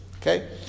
Okay